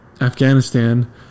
Afghanistan